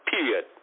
Period